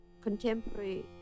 contemporary